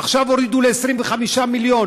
עכשיו הורידו ל-25 מיליון.